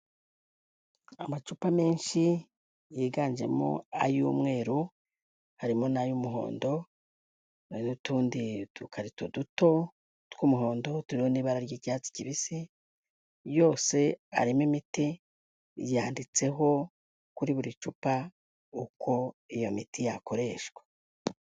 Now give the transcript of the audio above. Amacupa menshi yiganjemo ay'umweru, harimo n'ay'umuhondo, hari n'utundi dukarito duto tw'umuhondo turiho n'ibara ry'icyatsi kibisi, yose harimo imiti yanditseho kuri buri cupa uko iyo miti yakoreshwa.